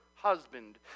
Husband